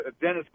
Dennis